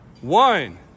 One